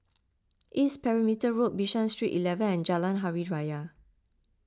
East Perimeter Road Bishan Street eleven and Jalan Hari Raya